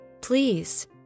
Please